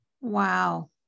Wow